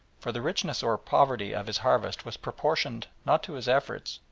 for the richness or poverty of his harvest was proportioned, not to his efforts,